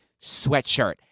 sweatshirt